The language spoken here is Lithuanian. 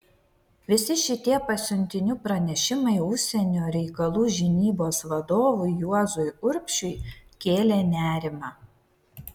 visi šitie pasiuntinių pranešimai užsienio reikalų žinybos vadovui juozui urbšiui kėlė nerimą